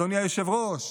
אדוני היושב-ראש,